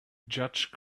judge